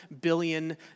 billion